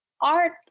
art